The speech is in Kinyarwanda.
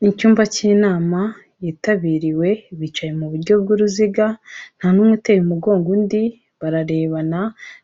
Ni icyumba cy'inama yitabiriwe, bicaye mu buryo bw'uruziga, nta n'umwe uteye umugongo undi, bararebana,